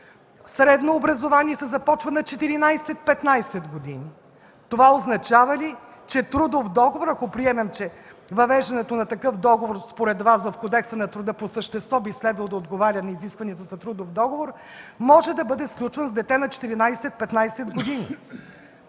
средно образование се започва на 14-15 години, това означава ли, че трудов договор, ако приемем, че въвеждането на такъв договор според Вас в Кодекса на труда по същество би следвало да отговаря на изискванията за трудов договор, може да бъде сключван с дете на 14-15 години?